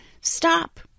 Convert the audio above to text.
stop